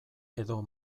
edo